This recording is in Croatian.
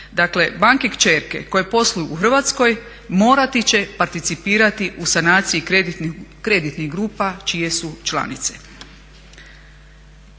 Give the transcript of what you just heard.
Dakle, banke kćerke koje posluju u Hrvatskoj morati će participirati u sanaciji kreditnih grupa čije su članice.